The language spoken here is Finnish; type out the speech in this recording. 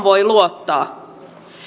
voi luottaa